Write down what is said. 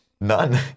None